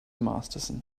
masterson